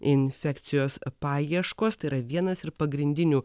infekcijos paieškos tai yra vienas ir pagrindinių